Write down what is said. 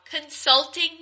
consulting